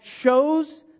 shows